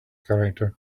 character